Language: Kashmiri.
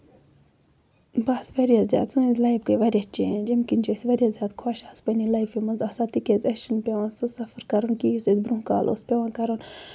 بَس واریاہ زیادٕ سٲنۍ لایف گٔے واریاہ چینج أمہِ کِنۍ چھِ أسۍ واریاہ زیادٕ خۄش آز پَنٕنہِ لایفہِ منٛز آسان تِکیازِ اَسہِ چھُنہٕ پیٚوان سُہ سَفر کرُن کِینٛہہ یُس اَسہِ برونٛہہ کالہٕ اوس پیٚوان کَرُن